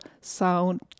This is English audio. sound